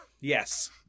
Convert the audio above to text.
Yes